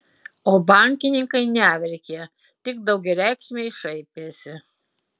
o bankininkai neverkė tik daugiareikšmiai šaipėsi